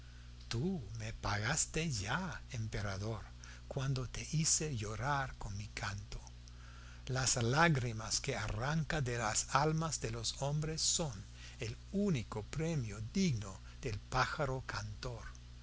tú me pagaste ya emperador cuando te hice llorar con mi canto las lágrimas que arranca a las almas de los hombres son el único premio digno del pájaro cantor